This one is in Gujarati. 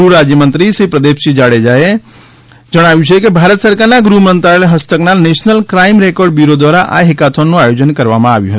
ગૃહ રાજ્યમંત્રી શ્રી પ્રદિપસિંહ જાડેજાએ જણાવ્યું છે કે ભારત સરકારના ગૃહ મંત્રાલય હસ્તકના નેશનલ ક્રાઇમ રેકર્ડ બ્યૂરો દ્વારા આ હેકાથોનનું આયોજન કરવામાં આવ્યું હતું